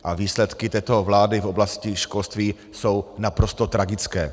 A výsledky této vlády v oblasti školství jsou naprosto tragické.